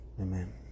Amen